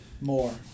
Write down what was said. More